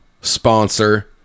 sponsor